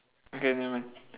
okay never mind